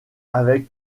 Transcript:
avec